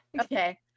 Okay